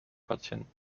patienten